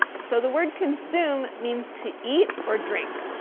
so the word consume means to eat or drink.